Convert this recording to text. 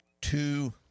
two